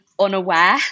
unaware